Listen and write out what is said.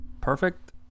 perfect